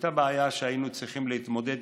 הייתה בעיה שהיינו צריכים להתמודד